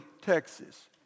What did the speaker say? Texas